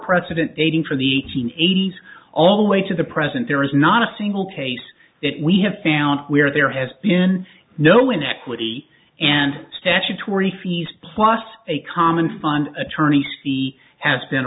precedent dating for the hundred eighty s all the way to the present there is not a single case that we have found where there has been no inequity and statutory fees plus a common fund attorney c has been